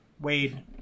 Wade